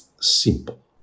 simple